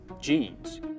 genes